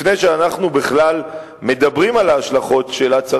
לפני שאנחנו בכלל מדברים על ההשלכות של ההחלטה,